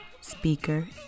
speaker